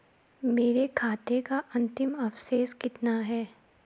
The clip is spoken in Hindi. मेरे खाते का अंतिम अवशेष कितना है?